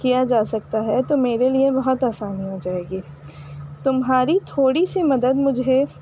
کیا جا سکتا ہے تو میرے لیے بہت آسانی ہو جائے گی تمہاری تھوڑی سی مدد مجھے